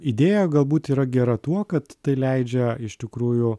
idėja galbūt yra gera tuo kad tai leidžia iš tikrųjų